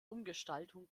umgestaltung